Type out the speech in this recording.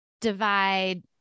divide